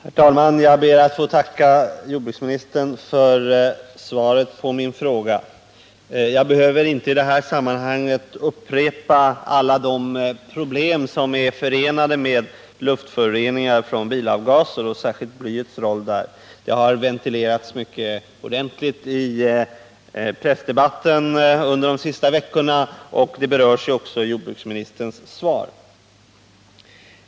Herr talman! Jag ber att få tacka jordbruksministern för svaret på min fråga. Jag behöver i detta sammanhang inte upprepa alla de problem som är förenade med luftförorening från bilavgaser och särskilt blyets roll därvidlag. Denna fråga har ventilerats ordentligt i pressdebatten under de senaste veckorna, och den berörs också i jordbruksministerns svar.